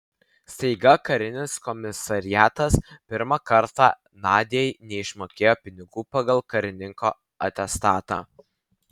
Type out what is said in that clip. staiga karinis komisariatas pirmą kartą nadiai neišmokėjo pinigų pagal karininko atestatą